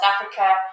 Africa